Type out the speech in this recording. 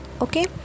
Okay